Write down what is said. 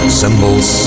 symbols